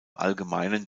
allgemeinen